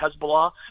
Hezbollah